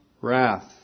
wrath